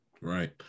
Right